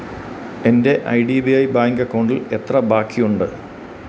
എന്റെ I D B I bank ക്കൗണ്ടിൽ എത്ര ബാക്കിയുണ്ട്